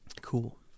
Cool